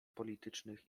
politycznych